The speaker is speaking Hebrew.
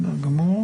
הצבעה,